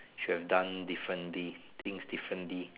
should have done differently things differently